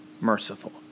merciful